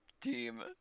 team